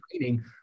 training